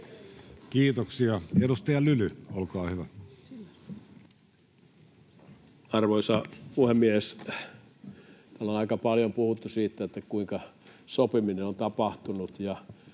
esityksistä Time: 15:38 Content: Arvoisa puhemies! Täällä on aika paljon puhuttu siitä, kuinka sopiminen on tapahtunut,